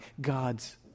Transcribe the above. God's